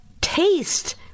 taste